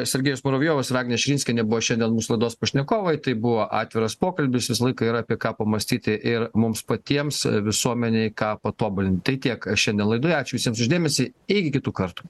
sergejus muravjovas ir agnė širinskienė buvo šiandien mūsų laidos pašnekovai tai buvo atviras pokalbis visą laiką yra apie ką pamąstyti ir mums patiems visuomenei ką patobulinti tai tiek šiandien laidoje ačiū visiems už dėmesį ir iki kitų kartų